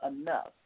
enough